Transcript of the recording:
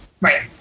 Right